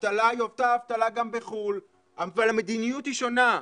אבל המדיניות היא שונה.